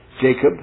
Jacob